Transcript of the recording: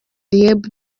liebe